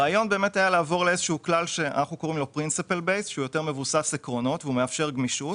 הרעיון היה לעבור לאיזה שהוא כלל יותר מבוסס עקרונות שמאפשר גמישות.